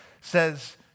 says